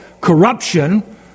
corruption